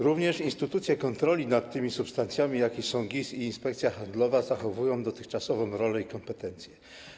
Również instytucje kontroli nad tymi substancjami, jakimi są GIS i Inspekcja Handlowa, zachowują dotychczasową rolę i kompetencje.